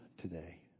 today